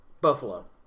Buffalo